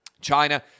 China